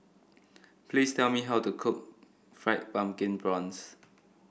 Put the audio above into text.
please tell me how to cook Fried Pumpkin Prawns